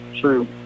True